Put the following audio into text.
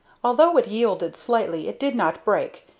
although it yielded slightly, it did not break,